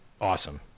awesome